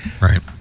right